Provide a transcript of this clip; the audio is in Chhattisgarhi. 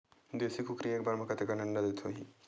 देशी कुकरी एक बार म कतेकन अंडा देत होही?